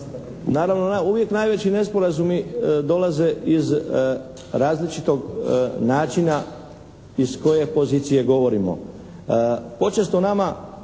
naravno uvijek najveći nesporazuma dolaze iz različitog načina iz koje pozicije govorimo.